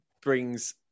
brings